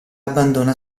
abbandona